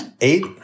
Eight